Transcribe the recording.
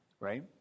right